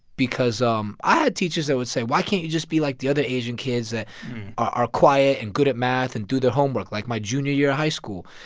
because um i had teachers that would say, why can't you just be like the other asian kids that are quiet and good at math and do their homework, like my junior year of high school.